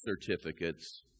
certificates